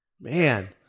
Man